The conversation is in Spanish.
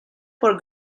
por